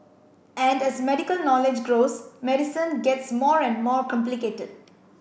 and as medical knowledge grows medicine gets more and more complicated